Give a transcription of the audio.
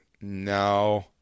no